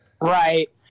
Right